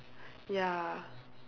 ya